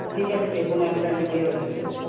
ঠিক আছে যে কোনো একটা নিলেই হচ্ছে